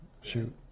Shoot